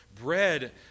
bread